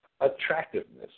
attractiveness